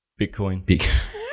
Bitcoin